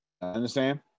Understand